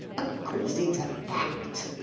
of course it's a fact,